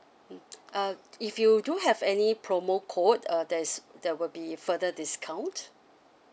mm uh if you do have any promo code uh there's there will be further discount